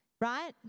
right